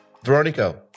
Veronica